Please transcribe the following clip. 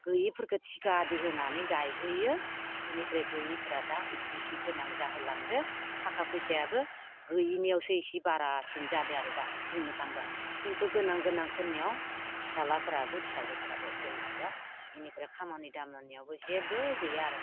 गैयैफोरखो थिखा आदि होनानै गायहोयो बेनिफ्राय गोयैफ्रा दा इसे इसे गोनां जाहोलांदों थाखा फैसायाबो गैयैनियावसो इसे बारासिन जादों आरो दा बुंनो थाङोबा खिन्थु गोनां गोनांफोरनियाव फिसाज्लाफोराबो फिसाजोफोराबो अलसिया बेनिफ्राय खामानि दामानियावबो जेबो गैया आरो